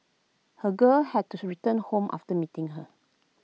her girl had to return home after meeting her